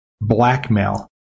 blackmail